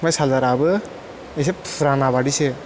ओमफ्राय चारजाराबो एसे फुराना बादिसो